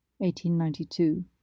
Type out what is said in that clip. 1892